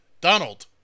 Donald